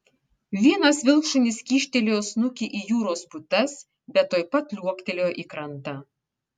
vienas vilkšunis kyštelėjo snukį į jūros putas bet tuoj pat liuoktelėjo į krantą